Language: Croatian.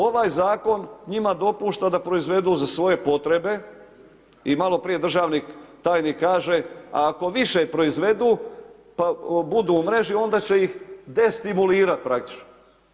Ovaj zakon njima dopušta da proizvedu za svoje potrebe i maloprije državni tajnik kaže, ako više proizvedu, pa budu u mreži onda će ih destimulirati praktični.